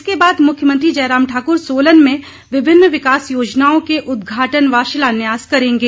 इसके बाद मुख्यमंत्री जयराम ठाकुर सोलन में विभिन्न विकास योजनाओं के उदघाटन व शिलान्यास करेंगें